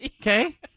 Okay